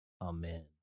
Amen